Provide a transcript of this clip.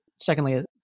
secondly